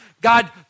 God